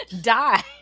die